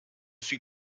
suis